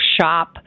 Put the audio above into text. shop